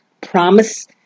promise